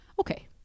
Okay